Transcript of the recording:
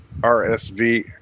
RSV